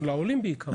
בעיקר לעולים.